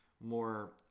more